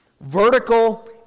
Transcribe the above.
Vertical